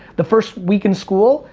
the first week in school,